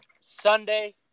Sunday